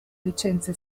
licenze